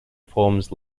forms